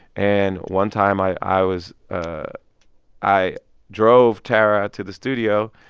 and one time, i i was ah i drove tara to the studio.